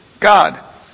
God